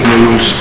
News